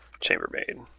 Chambermaid